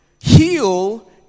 heal